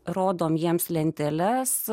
rodome jiems lenteles